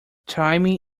timing